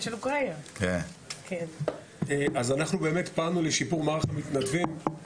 אנחנו באמת פעלנו לשיפור מערך המתנדבים.